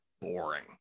boring